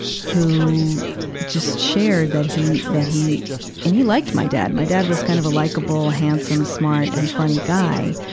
who just shared that he, that he and he liked my dad. my dad was kind of a likeable, handsome, smart, and funny guy,